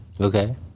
Okay